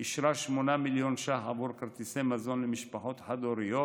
אישרה 8 מיליון ש"ח עבור כרטיסי מזון למשפחות חד-הוריות